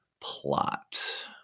plot